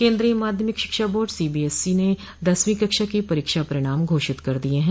केंद्रीय माध्यमिक शिक्षा board C B S E ने दसवीं कक्षा की परीक्षा परिणाम घोषित कर दिए हैं